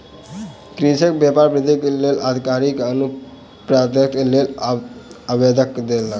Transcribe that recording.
कृषक व्यापार वृद्धिक लेल अधिकारी के अनुज्ञापत्रक लेल आवेदन देलक